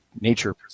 nature